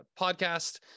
podcast